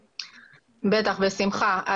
בטח, בשמחה.